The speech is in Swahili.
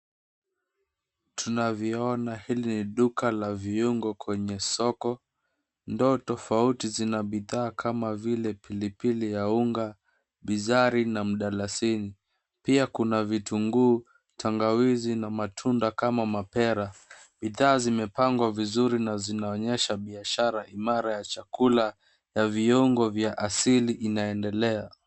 Tunavyoona hili ni duka la viungo kwenye soko. Ndoo tofauti zina bidhaa kama vile pilipili ya unga, bizari na mdalasini. Pia kuna vitunguu, tangawizi na matunda kama mapera. Bidhaa zimepangwa vizuri na zinaonyesha biashara imara ya chakula ya viungo vya asili inaendelea.